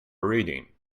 reading